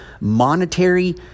monetary